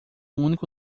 único